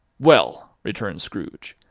well! returned scrooge,